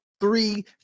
three